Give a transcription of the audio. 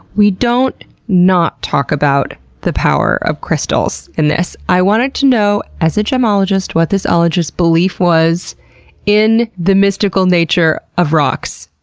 we don't not talk about the power of crystals in this. i wanted to know, as a gemologist, what this ologist's belief was in the mystical nature of rocks,